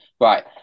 right